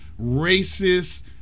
racist